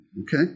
Okay